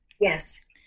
Yes